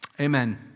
Amen